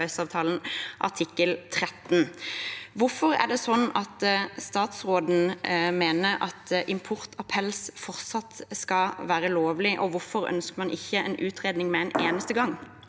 artikkel 13. Hvorfor er det sånn at statsråden mener at import av pels fortsatt skal være lovlig? Og hvorfor ønsker man ikke en utredning med en eneste gang?